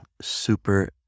super